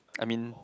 I mean